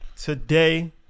today